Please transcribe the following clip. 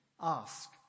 ask